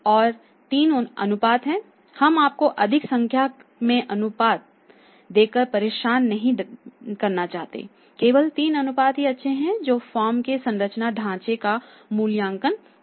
और तीन अनुपात हैं हम आपको अधिक संख्या में अनुपात देकर परेशानी में नहीं डालेंगे केवल 3 अनुपात ही अच्छे हैं जो फर्म के संचालन ढांचे का मूल्यांकन करते हैं